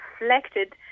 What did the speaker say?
reflected